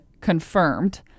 confirmed